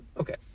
Okay